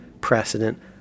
precedent